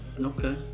Okay